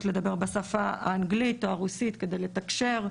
לדבר בשפה האנגלית או הרוסית כדי לתקשר.